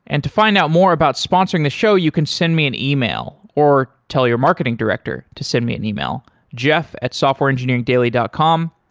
and to find out more about sponsoring the show, you can send me an email or tell your marketing director to send me an email, jeff at softwareengineering dot com.